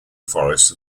forests